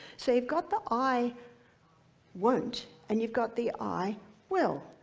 so you've got the i won't, and you've got the i will,